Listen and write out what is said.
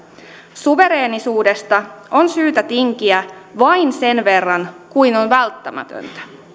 suvereenisuudesta on syytä tinkiä vain sen verran kuin on välttämätöntä